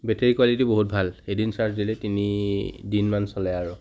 battery quality বহুত ভাল এদিন চাৰ্জ দিলেই তিনি দিনমান চলে আৰু